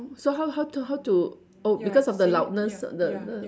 so how how to how to oh because of the loudness th~ th~